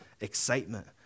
excitement